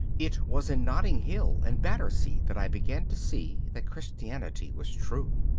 it was in notting hill and battersea that i began to see that christianity was true.